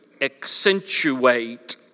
accentuate